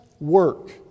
work